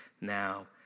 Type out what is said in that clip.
now